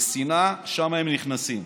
ושנאה, שם הם נכנסים.